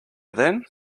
then